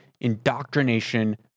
indoctrination